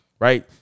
right